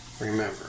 remember